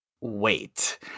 wait